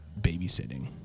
babysitting